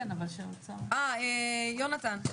יונתן,